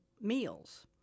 meals